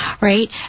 right